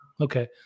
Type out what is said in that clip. Okay